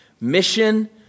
Mission